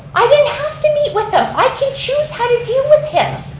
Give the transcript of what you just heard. i didn't have to meet with him. i can choose how to deal with him.